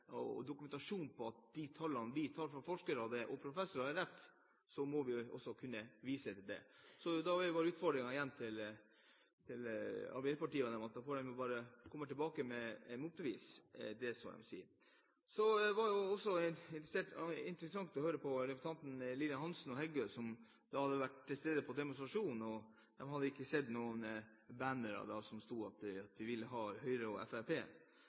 og dokumentasjon på at de tallene vi tar fra forskere og professorer, ikke er riktige, må vi også kunne vise til dem. Da går utfordringen igjen til Arbeiderpartiet: De får bare komme tilbake med motbevis. Så var det interessant å høre på representantene Lillian Hansen og Ingrid Heggø, som hadde vært til stede på demonstrasjon, og de hadde ikke sett noen bannere der det sto at de ville ha Høyre og